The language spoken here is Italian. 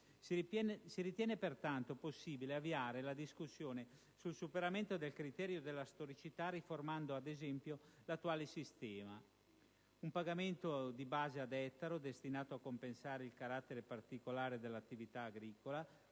Si ritiene pertanto possibile avviare la discussione sul superamento del criterio della storicità, riformando, ad esempio, l'attuale sistema in primo luogo attraverso un pagamento di base ad ettaro destinato a compensare il carattere particolare dell'attività agricola,